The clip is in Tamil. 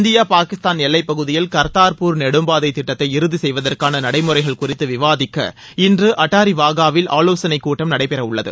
பாகிஸ்தூன் எல்லைப்பகுதியில் காதாாபூர் நெடும்பாதை திட்டத்தை இறுதி செய்வதற்கான இந்தியா நடைமுறைகள் குறித்து விவாதிக்க இன்று அட்டாரி வாகாவில் ஆலோசனை கூட்டம் நடைபெற உள்ளது